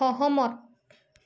সহমত